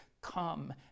come